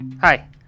Hi